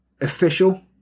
official